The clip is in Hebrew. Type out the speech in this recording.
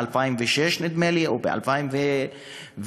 ב-2005 או ב-2006,